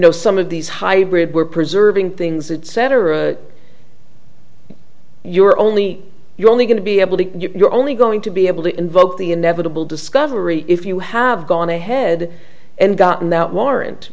know some of these hybrid we're preserving things that cetera you are only you're only going to be able to you're only going to be able to invoke the inevitable discovery if you have gone ahead and gotten that warrant